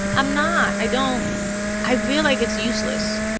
i'm not. i don't i feel like it's useless.